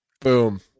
Boom